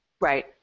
Right